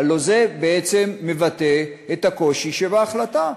הלוא זה בעצם מבטא את הקושי שבהחלטה.